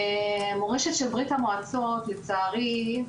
מורשת של ברית המועצות לצערי,